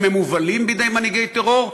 אם הם מובלים בידי מנהיגי טרור,